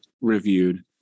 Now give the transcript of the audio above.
reviewed